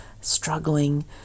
struggling